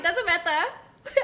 doesn't matter